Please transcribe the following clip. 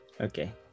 Okay